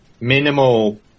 minimal